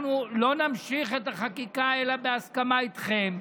אנחנו לא נמשיך את החקיקה אלא בהסכמה איתכם,